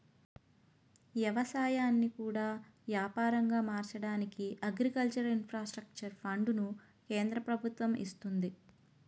ఎవసాయాన్ని కూడా యాపారంగా మార్చడానికి అగ్రికల్చర్ ఇన్ఫ్రాస్ట్రక్చర్ ఫండును కేంద్ర ప్రభుత్వము ఇస్తంది